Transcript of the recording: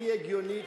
הכי הגיונית,